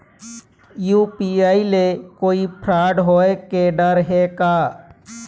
UPI ले कोई fraud होए के डर हे का?